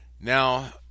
Now